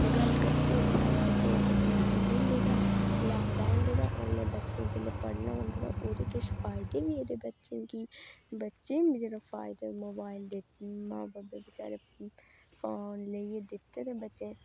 गल्ल करचै अगर अस कोविड नाइनटीन दी तां लॉकडाऊन दी तां ओल्लै बच्चे जेल्लै पढ़ना होंदा ते ओह्दे किश फायदे बी जेह्ड़े बच्चें गी बच्चें गी जेह्ड़े फायदे मोबाईल दे माऊ बब्बें बेचारें फोन लेइयै दित्ते बच्चें गी